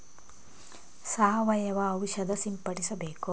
ಯಾವ ಔಷಧ ಸಿಂಪಡಿಸಬೇಕು?